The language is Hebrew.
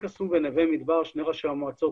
שני ראשי המועצות,